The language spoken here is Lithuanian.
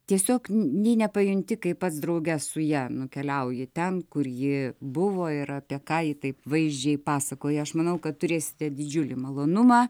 tiesiog nei nepajunti kaip pats drauge su ja nukeliauji ten kur ji buvo ir apie ką ji taip vaizdžiai pasakoja aš manau kad turėsite didžiulį malonumą